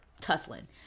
tussling